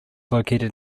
located